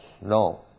No